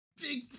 Big